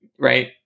Right